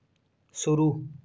शुरू